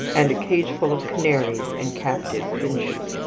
and a cageful of canaries and captive finches.